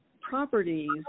properties